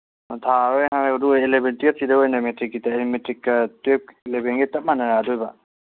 ꯑꯥ ꯊꯥꯔꯔꯣꯏ ꯍꯥꯏꯕ ꯑꯗꯨ ꯑꯣꯏꯔꯒ ꯑꯦꯂꯕꯦꯟ ꯇ꯭ꯋꯦꯜꯐꯁꯤꯗ ꯑꯣꯏꯅ ꯃꯦꯇ꯭ꯔꯤꯛꯀ ꯇ꯭ꯋꯦꯜꯐꯀꯤ ꯂꯦꯕꯦꯜꯒ ꯆꯞ ꯃꯥꯟꯅꯔꯗꯣꯏꯕ